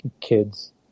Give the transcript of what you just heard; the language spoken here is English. kids